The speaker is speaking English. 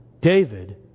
David